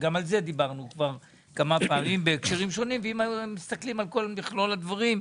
שגם על זה דברנו בהקשרים שונים ואם מסתכלים על מכלול הדברים,